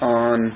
on